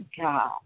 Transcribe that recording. God